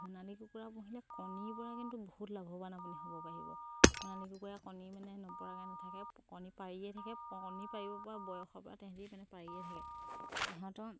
সোণালী কুকুৰা পুহিলে কণীৰ পৰা কিন্তু বহুত লাভৱান আপুনি হ'ব পাৰিব সোণালী কুকুৰাই কণী মানে নপৰাকে নাথাকে কণী পাৰিয়ে থাকে কণী পাৰিব পৰা বয়সৰ পৰা তেহেঁতে মানে পাৰিয়ে থাকে সিহঁতৰ